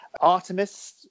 Artemis